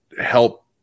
help